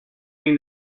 mean